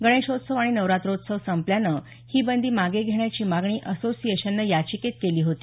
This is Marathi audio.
गणेशोत्सव आणि नवरात्रोत्सव संपल्यानं ही बंदी मागे घेण्याची मागणी असोशिएशननं याचिकेत केली होती